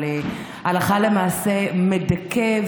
אבל הלכה למעשה מדכא,